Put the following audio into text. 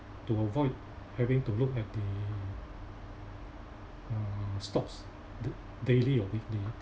to avoid having to look at the stocks d~ daily or weekly